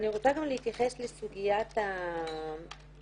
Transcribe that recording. אני רוצה גם להתייחס לסוגית התחזוקה.